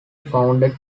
founded